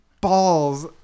balls